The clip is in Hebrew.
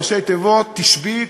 ראשי תיבות: תשבי,